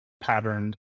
patterned